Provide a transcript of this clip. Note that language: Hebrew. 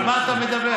על מה אתה מדבר?